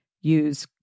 Use